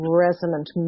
resonant